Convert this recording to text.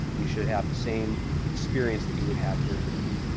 you should have the same experience that you would have here in manila.